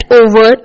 over